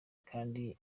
kandi